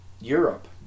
Europe